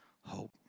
hope